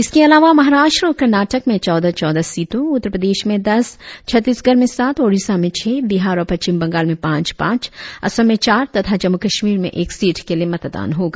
इसके अलावा महाराष्ट्र और कर्णाटक में चौदह चौदह सीटों उत्तर प्रदेश में दस छत्तीसगढ़ में सात ओडिसा में छह बिहार और पश्चिम बंगाल में पांच पांच असम में चार तथा जम्मू कश्मीर में एक सीट के लिए मतदान होगा